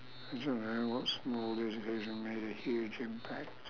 I don't know what small decision made a huge impact